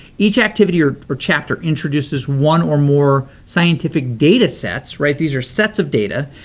each activity, or or chapter, introduces one or more scientific data sets, right, these are sets of data,